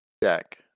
deck